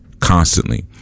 constantly